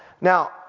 Now